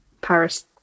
Paris